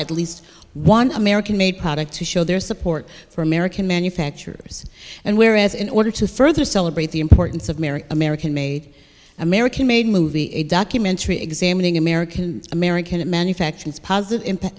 at least one american made products to show their support for american manufacturers and whereas in order to further celebrate the importance of america american made american made movie a documentary examining american american manufacturers positive impact